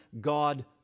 God